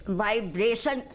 vibration